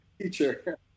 teacher